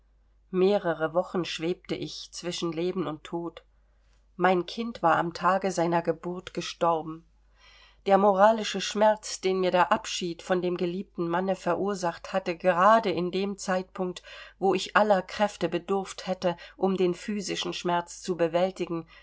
mehrere wochen schwebte ich zwischen leben und tod mein kind war am tage seiner geburt gestorben der moralische schmerz den mir der abschied von dem geliebten manne verursacht hatte gerade in dem zeitpunkt wo ich aller kräfte bedurft hätte um den physischen schmerz zu bewältigen